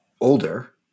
older